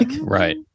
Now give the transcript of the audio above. Right